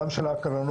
גם של ההקרנות,